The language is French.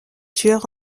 tueurs